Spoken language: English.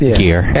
gear